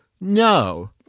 No